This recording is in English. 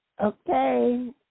Okay